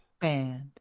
band